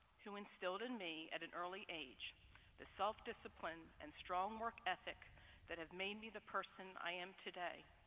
who instilled in me at an early age the self-discipline and strong work ethic that have made me the person i am today.